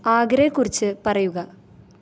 ആഗ്രയെ കുറിച്ച് പറയുക